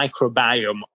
microbiome